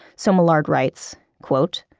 so millard writes, quote,